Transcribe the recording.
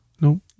No